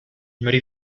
mary